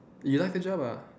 you like the job ah